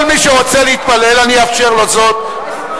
כל מי שרוצה להתפלל אני אאפשר לו זאת,